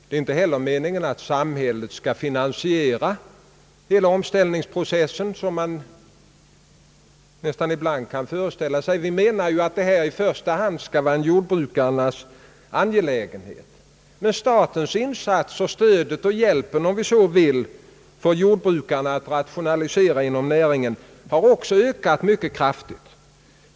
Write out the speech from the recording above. Det är inte heller meningen att samhället skall finansiera hela omställningsprocessen, vilket man ibland nästan tycks föreställa sig. Vi anser att detta i första hand skall vara en jordbrukarnas angelägenhet. Emellertid har statens insatser — stödet och hjälpen till jordbrukarna, om man så vill — för rationalisering inom näringen ökat mycket kraftigt.